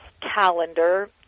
calendar